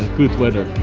good weather.